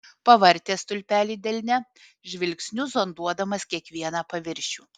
pavartė stulpelį delne žvilgsniu zonduodamas kiekvieną paviršių